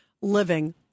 living